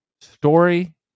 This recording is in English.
story